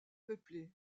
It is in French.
peuplée